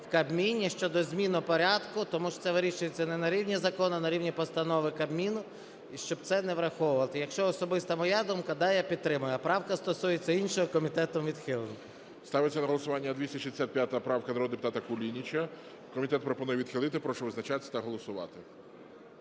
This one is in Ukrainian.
в Кабміні щодо змін у порядку, тому що це вирішується не на рівні закону, а на рівні постанови Кабміну, і щоб це не враховувати. Якщо особисто моя думка, да, я підтримую. А правка стосується іншого, комітетом відхилена. ГОЛОВУЮЧИЙ. Ставиться на голосування 265 правка народного депутата Кулініча. Комітет пропонує відхилити. Прошу визначатись та голосувати.